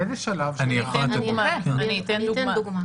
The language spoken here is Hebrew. אני אתן דוגמה.